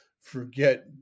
forget